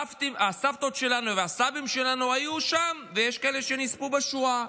והסבתות שלנו והסבים שלנו היו שם ויש כאלה שנספו בשואה,